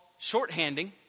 shorthanding